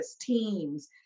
Teams